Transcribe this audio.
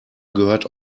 gehört